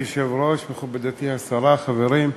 מכובדי היושב-ראש, מכובדתי השרה, חברים,